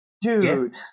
Dude